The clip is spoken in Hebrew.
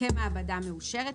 כמעבדה מאושרת,